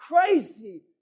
crazy